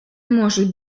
можуть